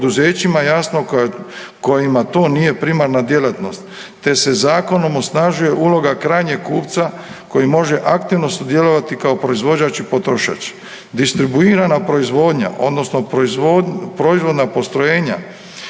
kojima to nije primarna djelatnost te se zakonom osnažuje uloga krajnjeg kupca koji može aktivno sudjelovati kao proizvođač i potrošač. Distribuirana proizvodnja odnosno proizvodna postrojenja